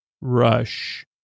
rush